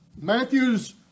Matthew's